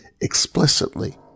explicitly